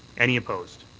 any opposed?